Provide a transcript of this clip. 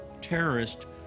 terrorist